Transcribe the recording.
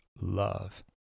love